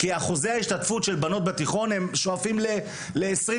כי שיעור ההשתתפות של בנות בתיכון שואף ל-25%-20%.